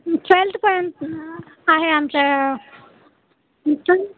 ट्वेल्थपर्यंत आहे आमच्या